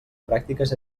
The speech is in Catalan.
pràctiques